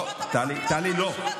טלי, לא.